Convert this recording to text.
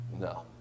No